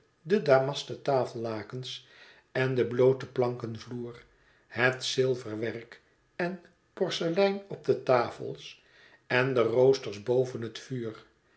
de damasten tafellakens en den blooten plankenvloer het zilverwerk en porselein op de tafels en de roosters boven het vuur